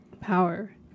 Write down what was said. power